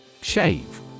Shave